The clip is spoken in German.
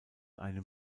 einem